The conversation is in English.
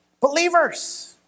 believers